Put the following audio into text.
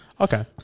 Okay